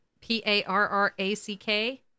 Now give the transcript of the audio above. P-A-R-R-A-C-K